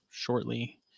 shortly